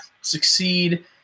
succeed